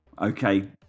Okay